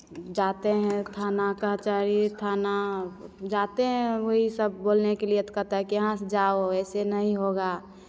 जाते हैं थाना कचहरी थाना जाते हैं वही सब बोलने के लिए तो कहता है कि यहाँ से जाओ ऐसे नहीं होगा